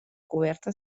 coberta